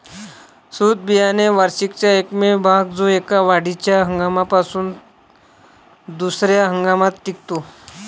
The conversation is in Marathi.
सुप्त बियाणे वार्षिकाचा एकमेव भाग जो एका वाढीच्या हंगामापासून दुसर्या हंगामात टिकतो